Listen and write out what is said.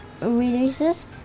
releases